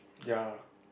ya